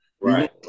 Right